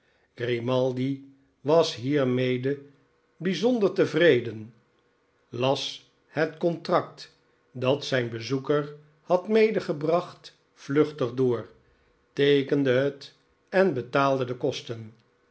grimaldi was hiermede bijzonder tevreden las het contract dat zijn bezoeker had medegebracht vluchtig door teekende het en betaalde de kosten